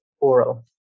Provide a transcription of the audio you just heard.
oral